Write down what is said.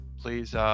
please